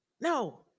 No